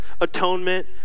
atonement